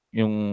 yung